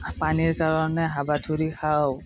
পানীৰ কাৰণে হাবাথুৰি খাওঁ